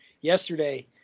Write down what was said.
yesterday